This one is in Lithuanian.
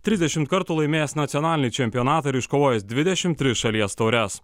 trisdešimt kartų laimėjęs nacionalinį čempionatą ir iškovojęs dvidešim tris šalies taures